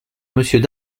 monsieur